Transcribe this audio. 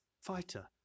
fighter